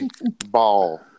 ball